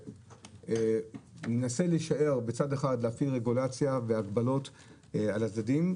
מצד אחד מנסה להפעיל רגולציה והגבלות על הצדדים,